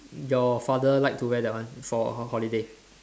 your father like to wear that one for holiday